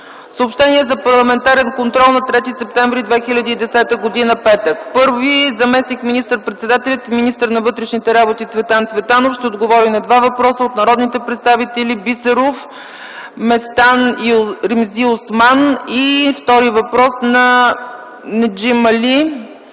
Съобщения за парламентарен контрол на 3 септември 2010 г., петък: 1. Заместник министър-председателят и министър на вътрешните работи Цветан Цветанов ще отговори на два въпроса от народните представители: Христо Бисеров, Лютви Местан, Ремзи Осман и втори въпрос на Неджми Али